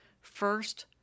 First